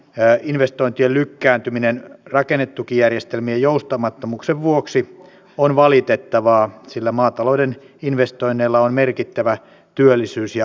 investointien lykkääntyminen rakennetukijärjestelmien joustamattomuuden vuoksi on valitettavaa sillä maatalouden investoinneilla on merkittävä työllisyys ja aluetaloudellinen vaikutus